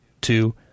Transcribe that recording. two